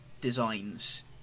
designs